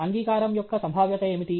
అంగీకారం యొక్క సంభావ్యత ఏమిటి